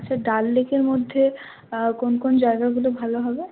আচ্ছা ডাল লেকের মধ্যে কোন কোন জায়গাগুলো ভালো হবে